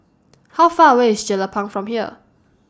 How Far away IS Jelapang from here